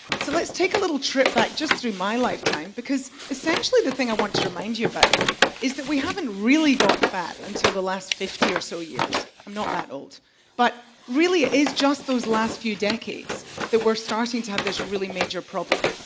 so, let's take a little trip but back through my lifetime, because essentially the thing that i want to remind you about is that we haven't really got fat until the last fifty or so years. i'm not that old but really ah is just those last few decades that we are starting to have this really major problem.